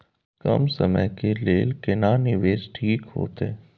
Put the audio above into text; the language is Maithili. कम समय के लेल केना निवेश ठीक होते?